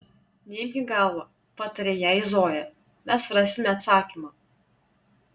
neimk į galvą patarė jai zoja mes rasime atsakymą